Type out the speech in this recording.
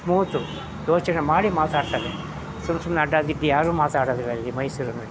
smooth ಯೋಚನೆ ಮಾಡಿ ಮಾತಾಡ್ತಾರೆ ಸುಮ್ನೆ ಸುಮ್ಮನೆ ಅಡ್ಡ ದಿಡ್ಡಿ ಯಾರು ಮಾತಾಡೋದಿಲ್ಲ ಇಲ್ಲಿ ಮೈಸೂರಿನಲ್ಲಿ